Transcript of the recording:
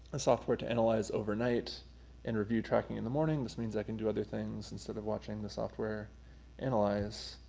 the software to analyze overnight and review tracking in the morning, which means i can do other things instead of watching the software analyze.